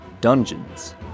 Dungeons &